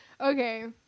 okay